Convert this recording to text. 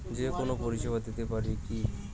যে কোনো পরিষেবা দিতে পারি কি?